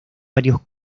varios